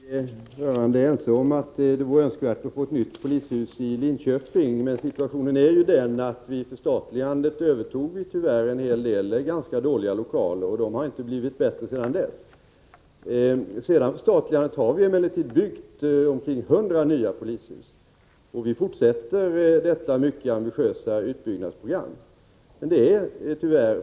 Herr talman! Vi är rörande ense om att det vore önskvärt att få ett nytt polishus i Linköping, men situationen är ju att vi vid förstatligandet tyvärr övertog en hel del ganska dåliga lokaler. De har inte blivit bättre sedan dess. Efter förstatligandet har vi emellertid byggt omkring hundra nya polishus, och vi fortsätter detta mycket ambitiösa utbyggnadsprogram.